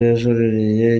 yajuririye